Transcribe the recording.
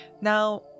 Now